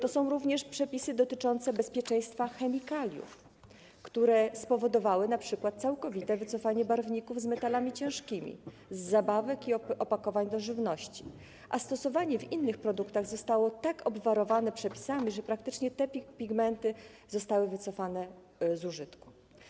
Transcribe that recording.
To są również przepisy dotyczące bezpieczeństwa chemikaliów, które spowodowały np. całkowite wycofanie barwników z metalami ciężkimi z zabawek i opakowań żywności, a ich stosowanie w innych produktach zostało tak obwarowane przepisami, że praktycznie te pigmenty zostały wycofane z użytku.